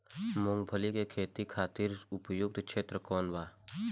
मूँगफली के खेती खातिर उपयुक्त क्षेत्र कौन वा?